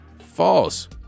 false